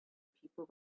people